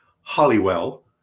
Hollywell